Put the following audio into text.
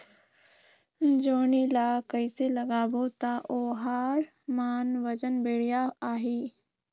जोणी ला कइसे लगाबो ता ओहार मान वजन बेडिया आही?